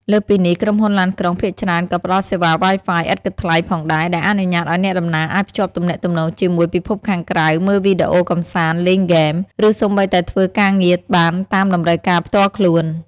លើសពីនេះ ក្រុមហ៊ុនឡានក្រុងភាគច្រើនក៏ផ្តល់សេវា Wi-Fi ឥតគិតថ្លៃ ផងដែរ ដែលអនុញ្ញាតឱ្យអ្នកដំណើរអាចភ្ជាប់ទំនាក់ទំនងជាមួយពិភពខាងក្រៅ មើលវីដេអូកម្សាន្ត លេងហ្គេម ឬសូម្បីតែធ្វើការងារបានតាមតម្រូវការផ្ទាល់ខ្លួន។